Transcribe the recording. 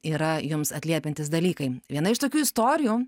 yra jums atliepiantys dalykai viena iš tokių istorijų